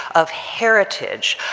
of heritage.